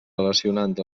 relacionant